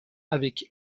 avec